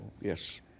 Yes